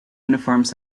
uniforms